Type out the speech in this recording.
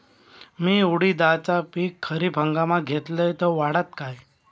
मी उडीदाचा पीक खरीप हंगामात घेतलय तर वाढात काय?